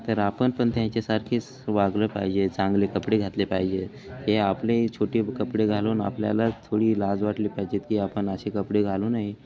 तर आपण पण त्यांच्यासारखेच वागलं पाहिजे चांगले कपडे घातले पाहिजे हे आपले छोटे कपडे घालून आपल्याला थोडी लाज वाटली पाहिजेत की आपण असे कपडे घालू नये